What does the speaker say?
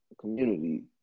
community